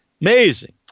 Amazing